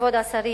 כבוד השרים,